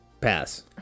pass